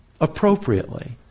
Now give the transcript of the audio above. appropriately